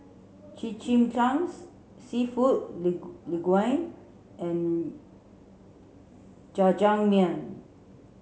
Chimichangas Seafood Linguine and Jajangmyeon